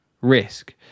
risk